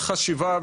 חשיבה,